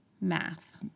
math